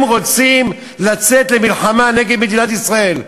הם רוצים לצאת למלחמה נגד מדינת ישראל,